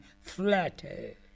flattered